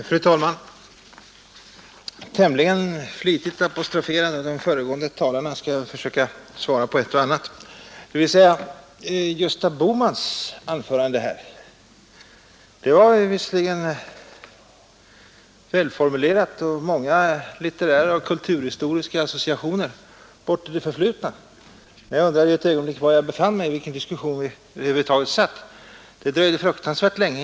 Fru talman! Tämligen flitigt apostroferad av de föregående talarna skall jag försöka svara på ett och annat. Herr Gösta Bohmans anförande här var visserligen välformulerat och innehöll många litterära och kulturhistoriska associationer bort i det förflutna, men det dröjde fruktansvärt länge innan det hade något att göra med de markfrågor som är ämne för vår debatt i dag.